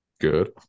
Good